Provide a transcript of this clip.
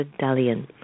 Dalian